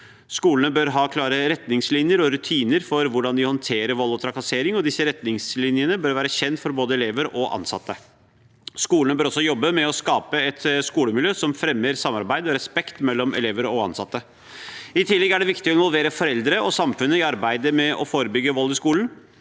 Skolene bør ha klare retningslinjer og rutiner for hvordan de håndterer vold og trakassering, og disse retningslinjene bør være kjent for både elever og ansatte. Skolene bør også jobbe med å skape et skolemiljø som fremmer samarbeid og respekt mellom elever og ansatte. I tillegg er det viktig å involvere foreldre og samfunnet i arbeidet med å forebygge vold i skolen.